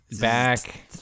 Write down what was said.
back